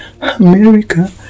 America